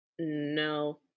No